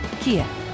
Kia